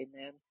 Amen